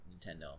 Nintendo